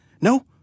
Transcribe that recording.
No